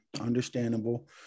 Understandable